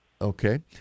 Okay